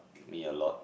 me a lot